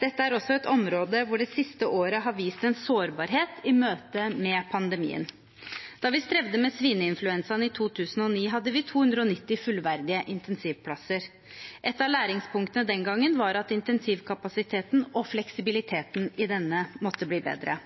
Dette er også et område hvor det siste året har vist en sårbarhet i møte med pandemien. Da vi strevde med svineinfluensaen i 2009, hadde vi 290 fullverdige intensivplasser. Et av læringspunktene den gangen var at intensivkapasiteten og fleksibiliteten i denne måtte bli bedre.